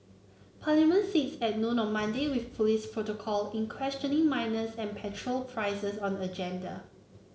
Parliament sits at noon on Monday with police protocol in questioning minors and petrol prices on the agenda